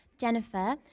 Jennifer